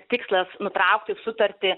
tikslas nutraukti sutartį